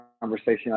conversation